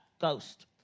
ghost